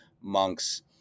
monks